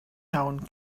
iawn